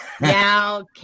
Now